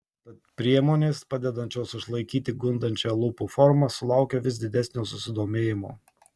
tad priemonės padedančios išlaikyti gundančią lūpų formą sulaukia vis didesnio susidomėjimo